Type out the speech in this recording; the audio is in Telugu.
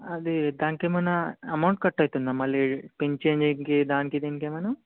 అది దానికి ఏమైనా అమౌంట్ కట్ అవుతుందా మళ్ళీ పిన్ చేంజ్ చేయడానికి దానికి దీనికి ఏమైనా